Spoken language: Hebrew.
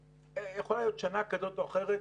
יכולה להיות שנה כזאת או אחרת,